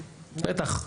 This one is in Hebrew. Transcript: בטח,